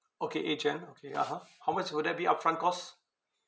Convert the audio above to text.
okay eight gen okay (uh huh) how much would that be upfront cost